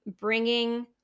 bringing